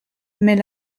mais